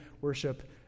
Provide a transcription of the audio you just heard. worship